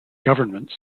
governments